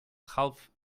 half